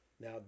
Now